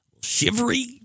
Shivery